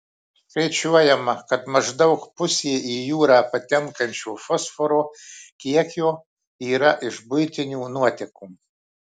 skaičiuojama kad maždaug pusė į jūrą patenkančio fosforo kiekio yra iš buitinių nuotekų